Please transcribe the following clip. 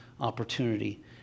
opportunity